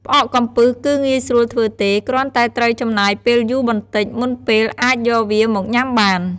ផ្អកកំពឹសគឺងាយស្រួលធ្វើទេ គ្រាន់តែត្រូវចំណាយពេលយូរបន្តិច មុនពេលអាចយកវាមកញុំាបាន។